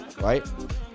Right